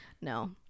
No